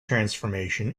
transformation